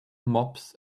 mops